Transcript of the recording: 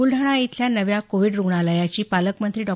बुलडाणा इथल्या नव्या कोविड रुग्णालयाची पालकमंत्री डॉ